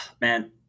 Man